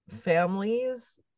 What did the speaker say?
families